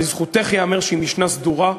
לזכותך ייאמר שהיא משנה סדורה.